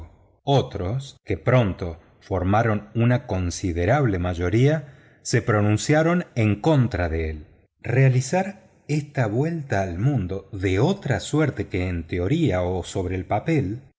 otros que pronto formaron una considerable mayoría se pronunciaron en contra de él realizar esta vuelta al mundo de otra suerte que en teoría o sobre el papel